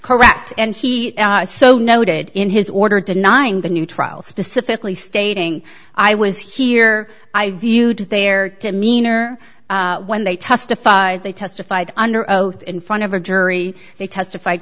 correct and he so noted in his order denying the new trial specifically stating i was here i viewed their demeanor when they testified they testified under oath in front of a jury they testified